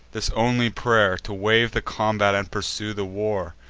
this only pray'r, to waive the combat, and pursue the war.